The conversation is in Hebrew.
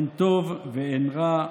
אין טוב ואין רע,